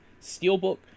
steelbook